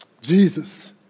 Jesus